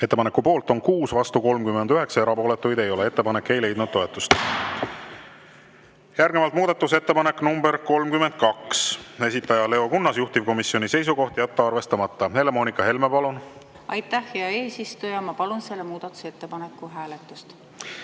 Ettepaneku poolt on 6, vastu 41, erapooletuid ei ole. Ettepanek ei leidnud toetust. Järgnevalt muudatusettepanek nr 48, esitaja Leo Kunnas, juhtivkomisjoni seisukoht on jätta arvestamata. Helle-Moonika Helme, palun! Aitäh, hea eesistuja! Ma palun seda muudatusettepanekut hääletada.